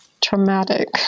traumatic